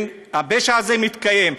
והפשע הזה מתקיים,